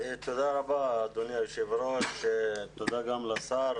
תודה רבה, אדוני היושב-ראש, תודה גם לשר.